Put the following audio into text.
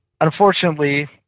unfortunately